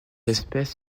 espèce